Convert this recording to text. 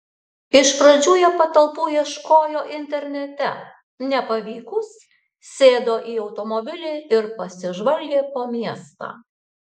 iš pradžių jie patalpų ieškojo internete nepavykus sėdo į automobilį ir pasižvalgė po miestą